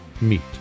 meet